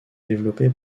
développé